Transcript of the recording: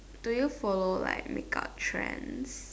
do you follow like make up trends